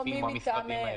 או מי מטעמם,